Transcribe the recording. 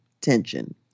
tension